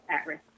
at-risk